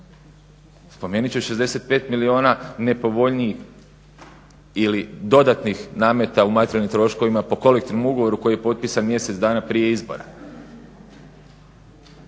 Spomenuvši 65 milijuna nepovoljnijih ili dodatnih nameta u materijalnim troškovima po kolektivnom ugovoru koji je potpisan mjesec dana prije izbora.